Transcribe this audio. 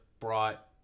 brought